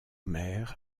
maire